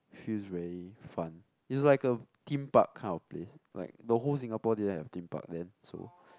feels very fun is like a Theme Park kind of place like the whole Singapore didn't have Theme Park then so